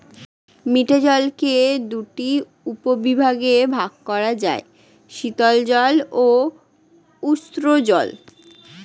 মিঠে জলকে দুটি উপবিভাগে ভাগ করা যায়, শীতল জল ও উষ্ঞ জল